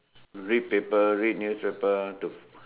read paper read newspaper to